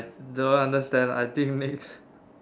don't understand I think next